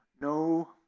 no